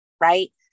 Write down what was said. right